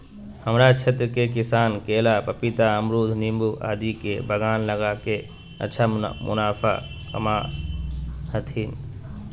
हमरा क्षेत्र के किसान केला, पपीता, अमरूद नींबू आदि के बागान लगा के अच्छा मुनाफा कमा हथीन